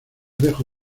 dejo